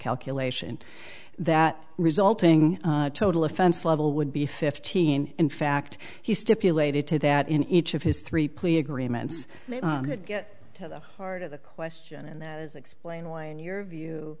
calculation that resulting total offense level would be fifteen in fact he stipulated to that in each of his three plea agreements get to the heart of the question and that is explain why in your view